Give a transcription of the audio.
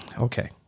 okay